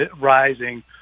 rising